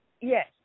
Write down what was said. Yes